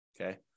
Okay